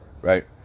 right